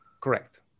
Correct